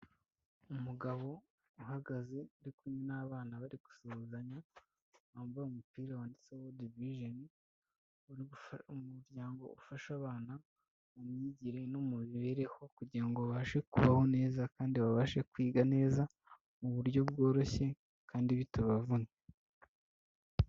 Umugabo uhagaze ari kumwe n'abana bari gusuhuzanya, wambaye umupira wanditse wold vision. Umuryango ufasha abana mu myigire no mu mibereho kugira ngo babashe kubaho neza, kandi babashe kwiga neza mu buryo bworoshye kandi bitabavuna.